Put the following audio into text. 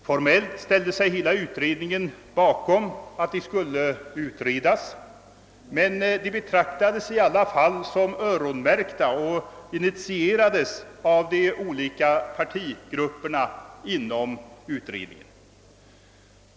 Formellt var hela utredningen med på att de skulle undersökas, men de betraktades i alla fall som »öronmärkta» och initierades av de olika partigrupperna inom utredningen.